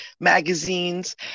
magazines